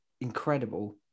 incredible